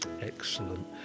Excellent